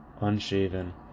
unshaven